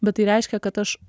bet tai reiškia kad aš